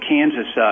Kansas